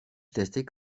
destek